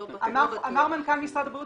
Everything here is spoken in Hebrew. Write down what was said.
אמר מנכ"ל משרד הבריאות,